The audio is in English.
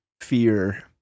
fear